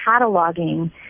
cataloging